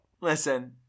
Listen